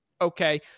Okay